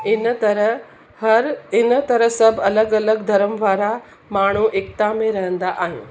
इन तराहं हर इन तरह सभु अलॻि अलॻि धर्म वारा माण्हू एकता में रहंदा आहियूं